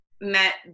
met